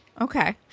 Okay